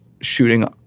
shooting